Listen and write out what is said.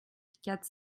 quatre